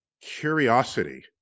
curiosity